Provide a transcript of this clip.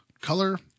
color